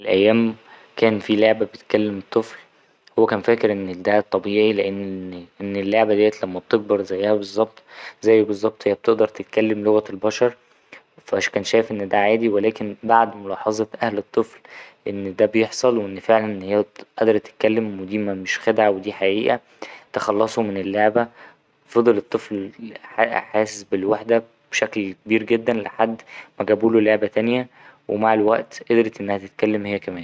الأيام كان فيه لعبة بتكلم الطفل هو كان فاكر إن ده الطبيعي لأن إن اللعبة دي لما بتكبر زيها بالظبط ـ زيه بالظبط هي بتتقدر تتكلم لغة البشر فا كان شايف إن ده عادي فا بعد ملاحظة أهل الطفل إن ده بيحصل وإن هي فعلا قادرة تتكلم ودي مش خدعة ودي حقيقة تخلصوا من اللعبة فضل الطفل حاـ حاسس بالوحدة بشكل كبير جدا لحد ما جابوله لعبة تانية ومع الوقت قدرت تتكلم هي كمان.